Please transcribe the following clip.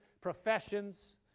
professions